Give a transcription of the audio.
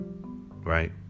Right